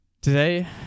Today